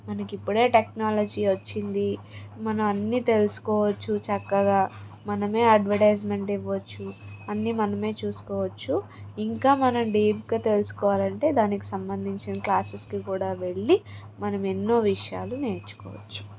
మనకి ఇప్పుడే టెక్నాలజీ వచ్చింది మనం అన్ని తెలుసుకోవచ్చు చక్కగా మనమే అడ్వర్టైజ్మెంట్ ఇవ్వచ్చు అన్నీ మనమే చూసుకోవచ్చు ఇంకా మనం డీప్గా తెలుసుకోవాలంటే దానికి సంబంధించిన క్లాసెస్కి కూడా వెళ్లి మనం ఎన్నో విషయాలు నేర్చుకోవచ్చు